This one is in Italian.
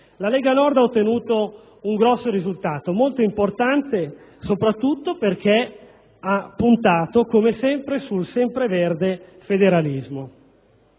la Lega Nord ha ottenuto un risultato molto importante, soprattutto perché ha puntato - come sempre - sul sempreverde federalismo.